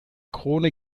krone